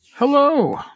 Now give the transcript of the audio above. Hello